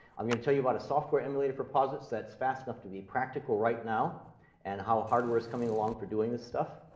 i'm going to tell you about a software emulator for posits that's fast enough to be practical right now and how hardware is coming along for doing this stuff.